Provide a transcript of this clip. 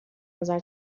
نظر